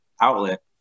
outlet